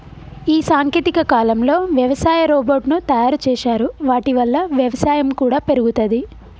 ఈ సాంకేతిక కాలంలో వ్యవసాయ రోబోట్ ను తయారు చేశారు వాటి వల్ల వ్యవసాయం కూడా పెరుగుతది